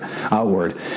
Outward